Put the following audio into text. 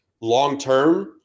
long-term